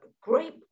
great